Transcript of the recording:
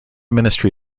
ministry